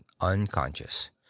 unconscious